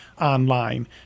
online